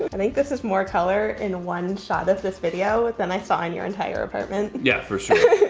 i think this is more color in one shot of this video than i saw in your entire apartment. yeah, for sure.